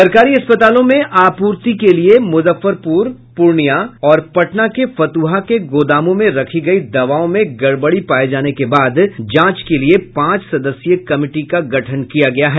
सरकारी अस्पतालों में आपूर्ति करने के लिए मुजफ्फरपुर पूर्णिया और पटना के फतुहा के गोदामों में रखी गयी दवाओं में गड़बड़ी पाये जाने के बाद जांच के लिए पांच सदस्यीय कमिटी का गठन किया गया है